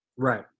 Right